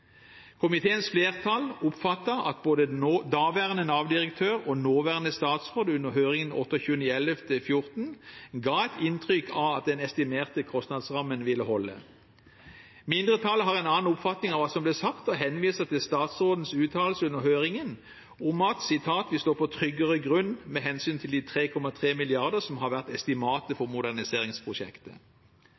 Komiteens flertall oppfatter at både daværende Nav-direktør og nåværende statsråd under høringen 28. november 2014 ga et inntrykk av at den estimerte kostnadsrammen ville holde. Mindretallet har en annen oppfatning av hva som ble sagt, og henviser til statsrådens uttalelse under høringen om at «vi står på tryggere grunn» med hensyn til de 3,3 mrd. kr som har vært estimatet for moderniseringsprosjektet.